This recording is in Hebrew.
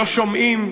לא שומעים,